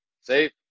safe